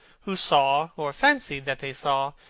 who saw, or fancied that they saw,